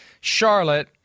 Charlotte